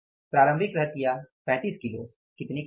प्रारंभिक रहतिया 35 किलो कितने के दर से